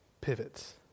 pivots